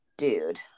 dude